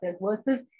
versus